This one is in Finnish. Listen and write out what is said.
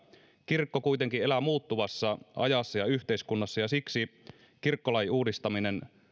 kirkko kuitenkin elää muuttuvassa ajassa ja yhteiskunnassa ja siksi kirkkolain uudistaminen